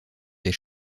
des